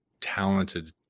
talented